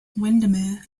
windermere